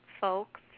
folks